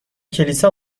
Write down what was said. کلیسا